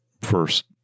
first